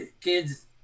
kids